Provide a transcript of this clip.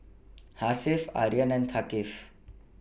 Hasif Aryan and Thaqif